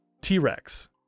T-Rex